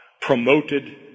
promoted